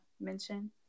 mention